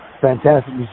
fantastic